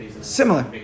Similar